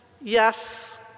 Yes